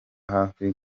hafi